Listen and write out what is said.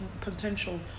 potential